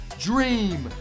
dream